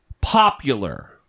popular